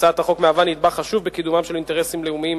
הצעת החוק מהווה נדבך חשוב בקידומם של אינטרסים לאומיים,